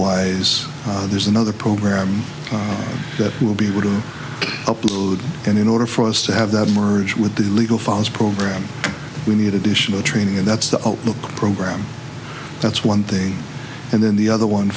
wise there's another program that we will be able to upload and in order for us to have that merge with the legal foss program we need additional training and that's the outlook program that's one thing and then the other one